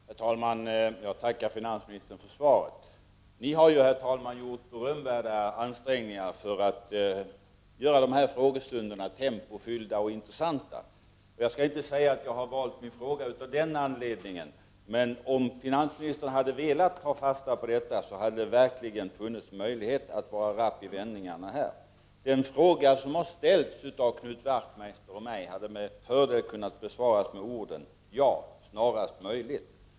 Herr talman! Jag tackar finansministern för svaret. Vi har gjort berömvärda ansträngningar för att göra dessa frågestunder tempofyllda och intressanta. Jag skall inte säga att jag har valt min fråga av den anledningen, men om finansministern hade velat ta fasta på detta hade det verkligen funnits möjlighet att vara rapp i vändningarna. Den fråga som har ställts av Knut Wachtmeister och mig hade med fördel kunnat besvaras med orden: ja, snarast möjligt.